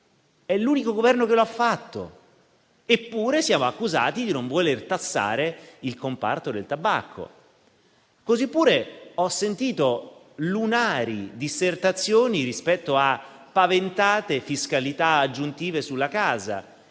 È l'unico Governo che lo ha fatto, eppure siamo accusati di non voler tassare il comparto del tabacco. Così pure ho sentito lunari dissertazioni rispetto a paventate fiscalità aggiuntive sulla casa.